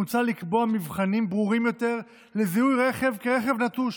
מוצע לקבוע מבחנים ברורים יותר לזיהוי רכב כרכב נטוש